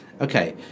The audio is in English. Okay